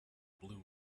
blue